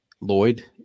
Lloyd